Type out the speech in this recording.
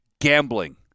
gambling